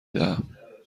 دهم